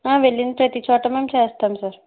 ఆ వెళ్లిన ప్రతిచోట మేము చేస్తాము సార్